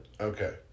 Okay